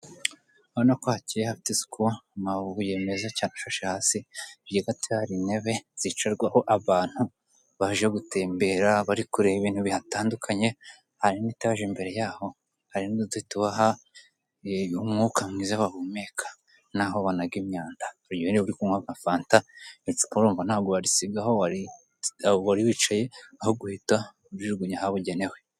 Urabona ko hakeye hafite isuku, amabuye meza cyane afashe hasi hagati hari intebe zicarwaho abantu baje gutembera bari kureba ibintu bihatandukanye hari ni itaje imbere yaho hari n'uduti tubaha umwuka mwiza bahumeka naho banaga imyanda ,uyu nuri kunywa agafanta uretse ko urumva ntabwo warisiga aho wari wicaye ahubwo uhita urijugunya ahabugenewe.